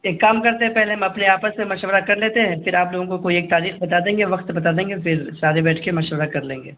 ایک کام کرتے ہیں ہم اپنے آپ آپس میں مشورہ کر لیتے ہیں پھر آپ لوگوں کو کوئی ایک تاریخ بتا دیں گے وقت بتا دیں گے پھر سارے بیٹھ کے مشورہ کر لیں گے